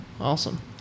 awesome